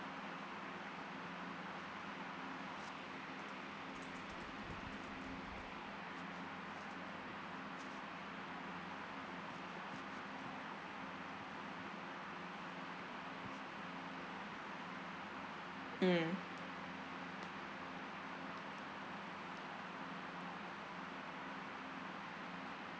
mm